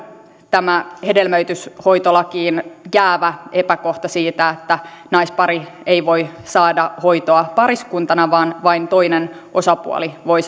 hedelmöityshoitolakiin jäävä epäkohta siitä että naispari ei voi saada hoitoa pariskuntana vaan vain toinen osapuoli voi